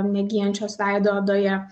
negyjančios veido odoje